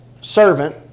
servant